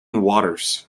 waters